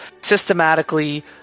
systematically